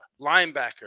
linebacker